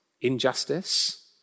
Injustice